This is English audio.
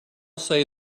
say